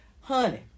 honey